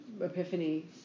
epiphany